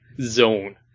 zone